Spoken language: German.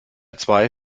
zwei